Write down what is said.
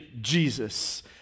Jesus